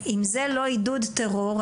אם זה לא עידוד טרור,